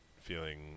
feeling